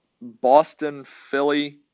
Boston-Philly